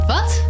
Wat